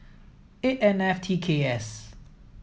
eight N F T K S